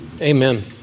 Amen